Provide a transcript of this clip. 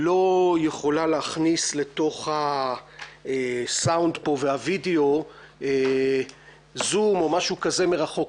לא יכולה להכניס לתוך הסאונד פה והווידיאו זום או משהו כזה מרחוק.